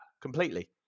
completely